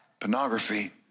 pornography